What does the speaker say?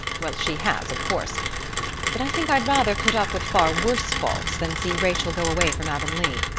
well, she has, of course but i think i'd rather put up with far worse faults than see rachel go away from avonlea.